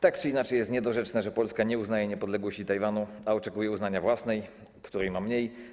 Tak czy inaczej jest niedorzeczne, że Polska nie uznaje niepodległości Tajwanu, a oczekuje uznania własnej, której ma mniej.